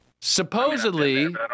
supposedly